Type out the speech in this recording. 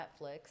Netflix